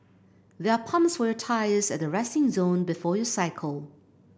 there are pumps for your tyres at the resting zone before you cycle